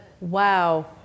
Wow